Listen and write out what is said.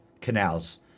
canals